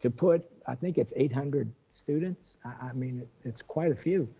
to put, i think it's eight hundred students. i mean, it's quite a few.